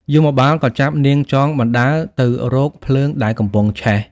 យមបាលក៏ចាប់នាងចងបណ្តើរទៅរកភ្លើងដែលកំពុងឆេះ ។